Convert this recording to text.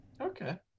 Okay